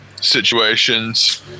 situations